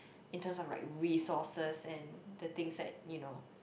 in terms of like resources and the things like you know